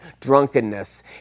drunkenness